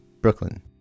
Brooklyn